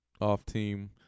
off-team